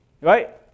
right